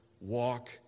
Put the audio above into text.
walk